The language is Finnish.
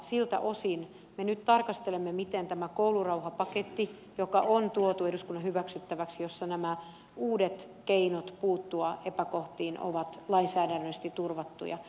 siltä osin me nyt tarkastelemme koulurauhapakettia joka on tuotu eduskunnan hyväksyttäväksi ja jossa uudet keinot puuttua epäkohtiin ovat lainsäädännöllisesti turvattuja